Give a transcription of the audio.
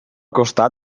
costat